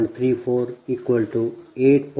34 8